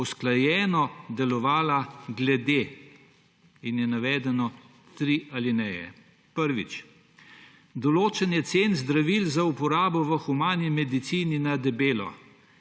usklajeno delovala glede – in so navedene tri alineje. Prvič, določanje cen zdravil za uporabo v humani medicini na debelo.